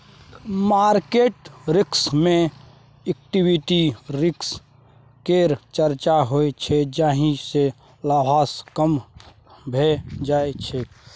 market risk मे equity risk केर चर्चा होइ छै जाहि सँ लाभांश कम भए जाइ छै